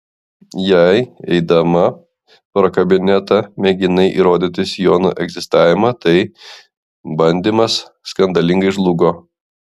jei eidama pro kabinetą mėginai įrodyti sijono egzistavimą tai bandymas skandalingai žlugo